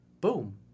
boom